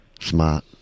Smart